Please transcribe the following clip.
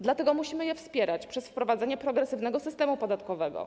Dlatego musimy wspierać je przez wprowadzenie progresywnego systemu podatkowego.